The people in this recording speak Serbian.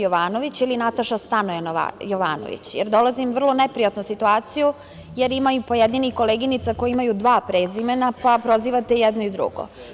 Jovanović ili Nataša, Stanoje, Jovanović, jer dolazim u vrlo neprijatnu situaciju, jer ima i pojedinih koleginica koje imaju dva prezimena, pa prozivate jedno i drugo.